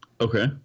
Okay